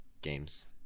games